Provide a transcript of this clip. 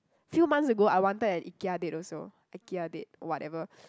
few months ago I wanted an Ikea date also Ikea date whatever